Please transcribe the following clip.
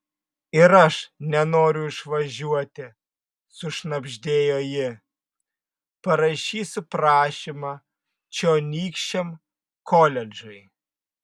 ir aš nenoriu išvažiuoti sušnabždėjo ji parašysiu prašymą čionykščiam koledžui